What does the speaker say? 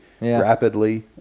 rapidly